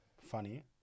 funny